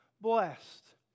blessed